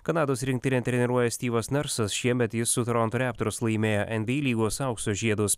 kanados rinktinę treniruoja styvas narsas šiemet jis su toronto raptors laimėjo nba lygos aukso žiedus